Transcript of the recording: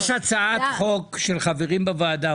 יש הצעת חוק של חברים בוועדה,